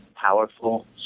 powerful